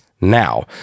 now